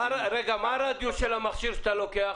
מה הרדיוס של המכשיר שאתה לוקח?